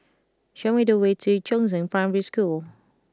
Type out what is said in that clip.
show me the way to Chongzheng Primary School